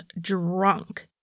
drunk